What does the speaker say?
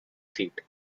seat